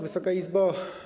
Wysoka Izbo!